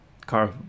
Car